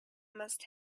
must